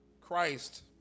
Christ